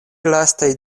lastaj